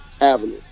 avenue